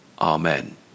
Amen